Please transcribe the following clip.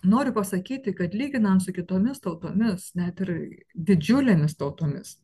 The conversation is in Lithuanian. noriu pasakyti kad lyginant su kitomis tautomis net ir didžiulėmis tautomis